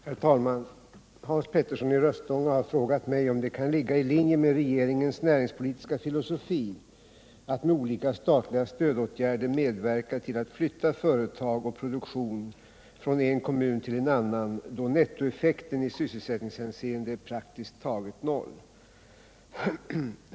Herr talman! Hans Petersson i Röstånga har frågat mig om det kan ligga i linje med regeringens näringspolitiska filosofi att med olika statliga stödåtgärder medverka till att flytta företag och produktion från en kommun till en annan, då nettoeffekten i sysselsättningshänseende är praktiskt taget noll.